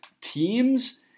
teams